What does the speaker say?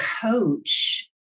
coach